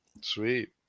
Sweet